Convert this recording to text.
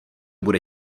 bude